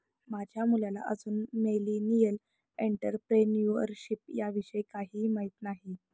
माझ्या मुलाला अजून मिलेनियल एंटरप्रेन्युअरशिप विषयी काहीही माहित नाही